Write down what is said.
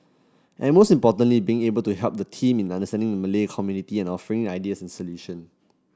and most importantly being able to help the team in understanding the Malay community and offering ideas and solution